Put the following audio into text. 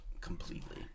completely